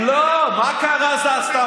לא, מה קרה שזזת?